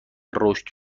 رشد